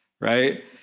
right